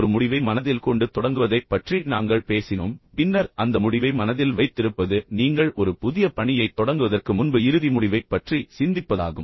ஒரு முடிவை மனதில் கொண்டு தொடங்குவதைப் பற்றி நாங்கள் பேசினோம் பின்னர் அந்த முடிவை மனதில் வைத்திருப்பது நீங்கள் ஒரு புதிய பணியைத் தொடங்குவதற்கு முன்பு இறுதி முடிவைப் பற்றி சிந்திப்பதாகும்